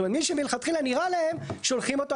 זאת אומרת, מי שמלכתחילה נראה להם שולחים אותו.